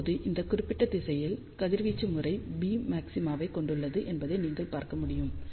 இப்போது இந்த குறிப்பிட்ட திசையில் கதிர்வீச்சு முறை பீம் மாக்சிமாவைக் கொண்டுள்ளது என்பதை நீங்கள் பார்க்க முடியும்